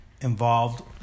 involved